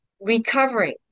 recovering